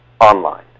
online